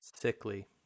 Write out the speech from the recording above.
Sickly